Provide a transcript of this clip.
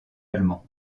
allemand